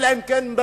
אלא אם כן מבחירה.